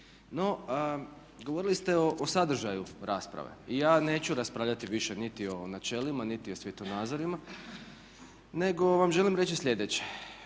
No, govorili ste o sadržaju rasprave. Ja neću raspravljati više niti o načelima niti o svjetonazorima nego vam želim reći sljedeće.